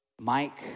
Mike